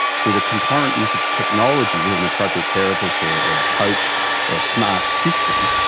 through the concurrent use of technology with an appropriate therapist or or a coach or a smart system,